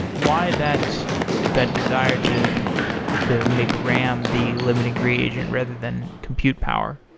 why that that desire to to make ram the limiting gradient rather than compute power?